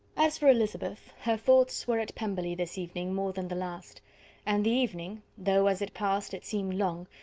as for elizabeth, her thoughts were at pemberley this evening more than the last and the evening, though as it passed it seemed long,